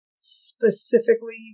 specifically